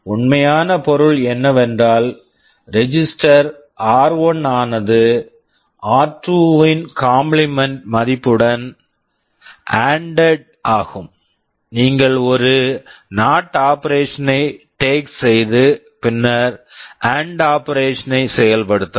உண்மையான பொருள் என்னவென்றால் ரெஜிஸ்டர் register ஆர்1 r1 ஆனது ஆர்2 r2 இன் காம்பிளிமென்ட் complement மதிப்புடன் எஎன்டி எட் ANDed ஆகும் நீங்கள் ஒரு என்ஓடி NOT ஆப்பரேஷன் operation ஐ டேக் take செய்து பின்னர் ஒரு எஎன்டி AND ஆப்பரேஷன் operation ஐ செயல்படுத்தவும்